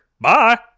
Bye